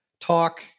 talk